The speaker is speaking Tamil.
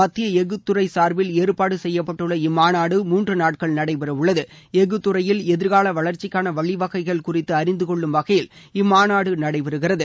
மத்திய எஃகுத்துறை சார்பில் ஏற்பாடு செய்யப்பட்டுள்ள இம்மாநாடு மூன்று நாட்கள் நடைபெறவுள்ளது எஃகு துறையில் எதிர்கால வளர்ச்சிக்கான வழிவகைகள் குறித்து அழிந்து கொள்ளும் வகையில் இம்மாநாடு நடைபெறுகிறது